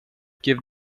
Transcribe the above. give